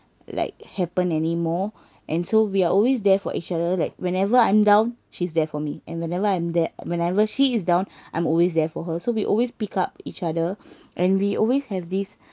like happen anymore and so we're always there for each other like whenever I'm down she's there for me and whenever I'm there whenever she is down I'm always there for her so we always pick up each other and we always have this